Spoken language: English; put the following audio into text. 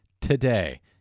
today